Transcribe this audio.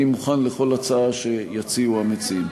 אני מוכן לכל הצעה שיציעו המציעים.